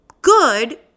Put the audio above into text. good